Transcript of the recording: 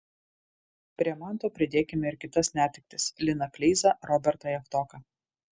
prie manto pridėkime ir kitas netektis liną kleizą robertą javtoką